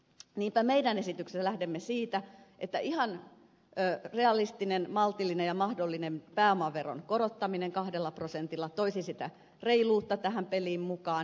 niinpä esityksessämme lähdemme siitä että ihan realistinen maltillinen ja mahdollinen pääomaveron korottaminen kahdella prosentilla toisi sitä reiluutta tähän peliin mukaan